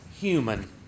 human